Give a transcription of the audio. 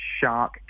Shark